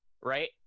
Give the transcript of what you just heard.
right